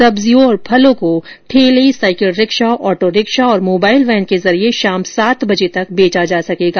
सब्जियों और फलों को ठेले साइकिल रिक्शा ऑटो रिक्शा और मोबाइल वैन के जरिये शाम सात बजे तक बेचा जा सकेगा